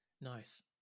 Nice